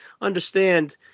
understand